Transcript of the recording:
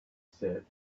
said